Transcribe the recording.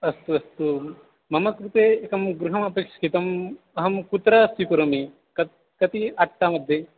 अस्तु अस्तु मम कृते एकं गृहमपेक्षितम् अहं कुत्र स्वीकरोमि कति कति अट्टामध्ये